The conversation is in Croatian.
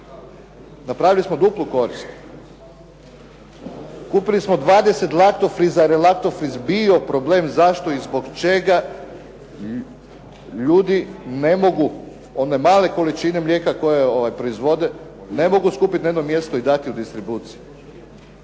Napravili smo duplu korist. Kupili smo 20 laktofriza, jer je laktofriz bio problem zašto i zbog čega ljudi ne mogu one male količine mlijeka koje proizvode, ne mogu skupit na jedno mjesto i dati u distribuciju.